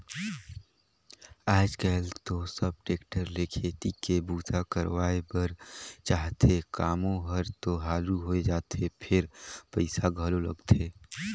आयज कायल तो सब टेक्टर ले खेती के बूता करवाए बर चाहथे, कामो हर तो हालु होय जाथे फेर पइसा घलो लगथे